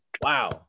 wow